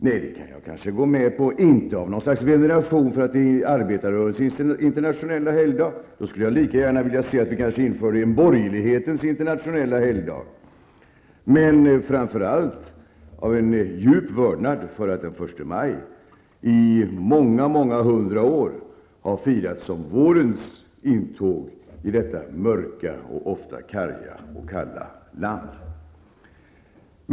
Det kan jag kanske gå med på, inte av någon slags veneration för att det är arbetarrörelsens internationella helgdag -- då skulle jag kanske lika gärna vilja se att man införde en borgerlighetens internationella helgdag -- men framför allt av en djup vördnad för att den 1 maj i många hundra år har firats som vårens intåg i detta mörka och ofta karga och kalla land.